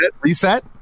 reset